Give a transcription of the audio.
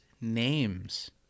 names